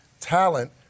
talent